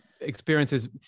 experiences